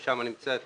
ששם נמצאים